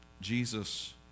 Jesus